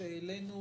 כשהעלינו